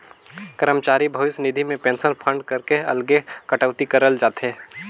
करमचारी भविस निधि में पेंसन फंड कर अलगे कटउती करल जाथे